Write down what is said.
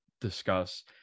discuss